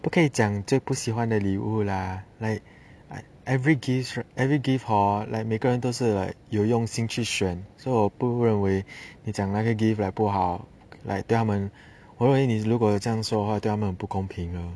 不可以讲最不喜欢的礼物 lah like every gifts every gift hor like 每个人都是 like 有用心去选 so 我不认为你讲那个 gift like 不好 like 对他们如果你这样说的话对他们很不公平 lor